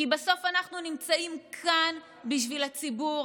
כי בסוף אנחנו נמצאים כאן בשביל הציבור.